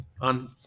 on